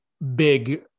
big